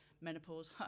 menopause